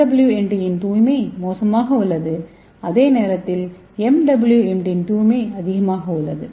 SWNTஇன் தூய்மை மோசமாக உள்ளது அதே நேரத்தில் MWNT இன் தூய்மை அதிகமாக உள்ளது